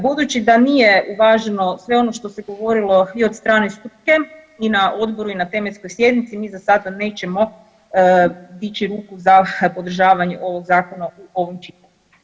Budući da nije uvaženo sve ono što se govorilo i od strane struke i na odboru i na tematskoj sjednici, mi za sada nećemo dići ruku za podržavanje ovog Zakona u ovom čitanju.